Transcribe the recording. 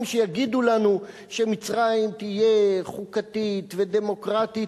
שיגידו לנו שמצרים תהיה חוקתית ודמוקרטית,